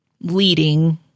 leading